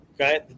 okay